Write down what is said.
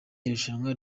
irushanwa